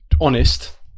honest